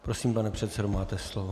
Prosím, pane předsedo, máte slovo.